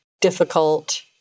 difficult